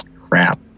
Crap